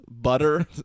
butter